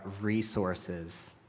resources